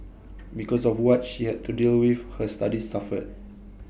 because of what she had to deal with her studies suffered